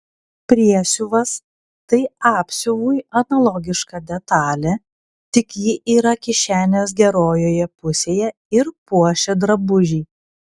priesiuvas tai apsiuvui analogiška detalė tik ji yra kišenės gerojoje pusėje ir puošia drabužį